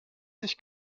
sich